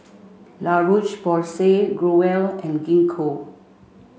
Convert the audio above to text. La Roche Porsay Growell and Gingko